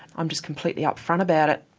i'm just completely up-front about it.